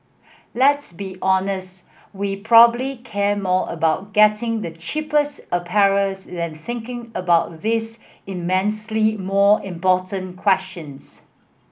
let's be honest we probably care more about getting the cheapest apparels than thinking about these immensely more important questions